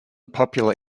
popular